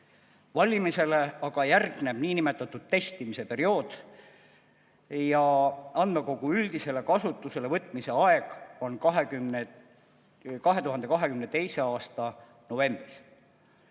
Valmimisele järgneb nn testimise periood ja andmekogu üldisele kasutusele võtmise aeg on 2022. aasta novembris.